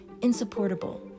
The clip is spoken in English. insupportable